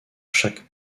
chaque